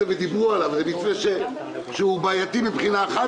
התחבורה הוא פלח מאוד מסוים בתוכו,